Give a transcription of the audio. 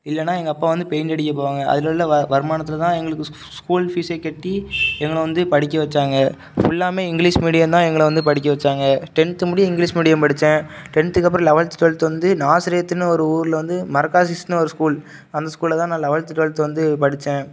இல்லைன்னா எங்கள் அப்பா வந்து பெயிண்ட் அடிக்க போவாங்க அதில் உள்ள வ வருமானத்தில் தான் எங்களுக்கு ஸு ஸ்கூல் ஃபீஸே கட்டி எங்களை வந்து படிக்க வச்சாங்க ஃபுல்லாவும் இங்க்லீஷ் மீடியம் தான் எங்களை வந்து படிக்க வச்சாங்க டென்த்து முடிய இங்க்லீஷ் மீடியம் படித்தேன் டென்த்துக்கப்புறம் லெவல்த்து ட்வெலத்து வந்து நாசரேத் ஒரு ஊரில் வந்து மரக்காசிஸ்ன்னு ஒரு ஸ்கூல் அந்த ஸ்கூலில் தான் நான் லெவல்த்து ட்வெலத்து வந்து படித்தேன்